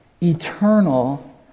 Eternal